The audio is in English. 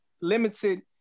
limited